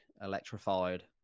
electrified